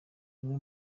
umwe